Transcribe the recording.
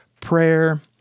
prayer